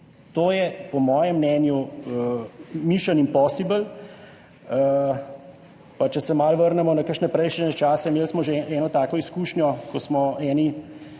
To je po mojem mnenju mission-impossible. Pa če se malo vrnemo na kakšne prejšnje čase, imeli smo že eno tako izkušnjo, ko smo eni